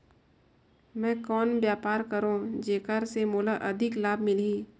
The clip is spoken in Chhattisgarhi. मैं कौन व्यापार करो जेकर से मोला अधिक लाभ मिलही?